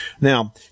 Now